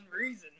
reason